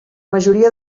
majoria